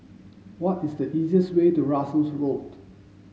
what is the easiest way to Russels Road